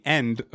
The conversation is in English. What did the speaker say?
end